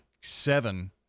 seven